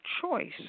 choice